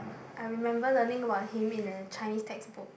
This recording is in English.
I remember learning about him in a Chinese textbook